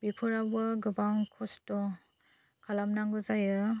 बेफोरावबो गोबां खस्थ' खालामनांगौ जायो